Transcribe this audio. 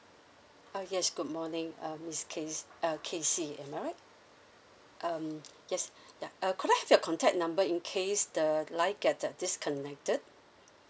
ah yes good morning ah miss case~ ah casey am I right um yes ya could I have your contact number in case the line get uh disconnected